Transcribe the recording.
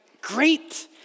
great